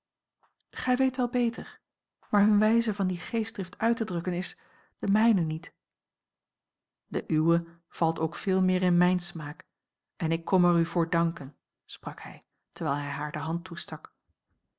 gij weet wel beter maar hunne wijze van die geestdrift uit te drukken is de mijne niet de uwe valt ook veel meer in mijn smaak en ik kom er u voor danken sprak hij terwijl hij haar de hand toestak